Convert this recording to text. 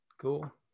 cool